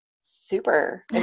super